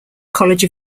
college